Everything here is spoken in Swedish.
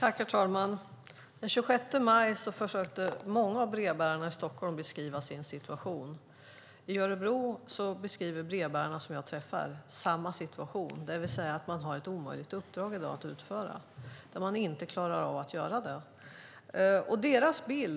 Herr talman! Den 26 maj försökte många av brevbärarna i Stockholm beskriva sin situation. I Örebro beskriver brevbärarna som jag träffar samma situation, det vill säga att de i dag har ett omöjligt uppdrag att utföra. De klarar inte av att göra det.